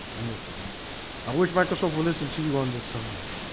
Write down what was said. and this one i wish microsoft will listen to you on this subject.